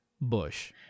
Bush